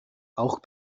auch